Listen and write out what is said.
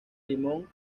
limón